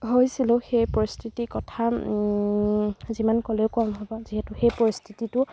হৈছিলো সেই পৰিস্থিতিৰ কথা যিমান ক'লেও কম হ'ব যিহেতু সেই পৰিস্থিতিটো